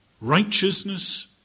righteousness